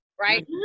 right